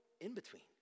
in-between